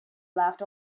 laughed